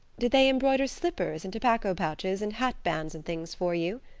did they embroider slippers and tobacco pouches and hat-bands and things for you?